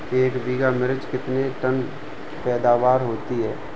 एक बीघा मिर्च में कितने टन पैदावार होती है?